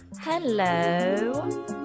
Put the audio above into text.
Hello